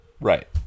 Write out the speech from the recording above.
right